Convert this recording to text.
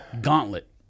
Gauntlet